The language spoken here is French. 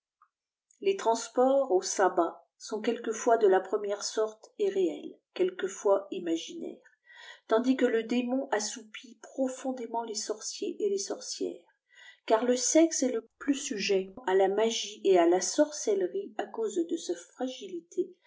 les transports au sabat sont quelquefois de la première sorte et réels quelquefois imaginaires tandis que le démon assoupit profondément les sorciers et les sorcières car le sexe est le plus sujet à la magie et à la sorcellerie à cause de sa fragilité